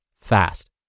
fast